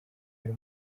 buri